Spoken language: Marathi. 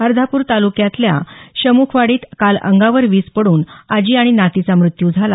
अर्धापूर तालुक्यातल्या शमुखवाडीत काल अंगावर वीज पडून आजी आणि नातीचा मृत्यू झाला